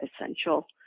essential